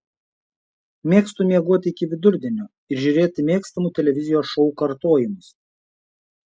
mėgstu miegoti iki vidurdienio ir žiūrėti mėgstamų televizijos šou kartojimus